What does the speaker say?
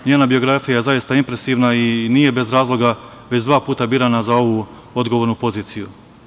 Njena biografija je zaista impresivna i nije bez razloga već dva puta birana za ovu odgovornu poziciju.